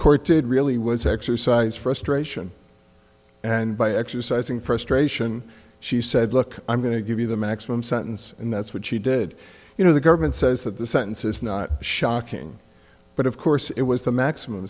court did really was exercise frustration and by exercising frustration she said look i'm going to give you the maximum sentence and that's what she did you know the government says that the sentence is not shocking but of course it was the maximum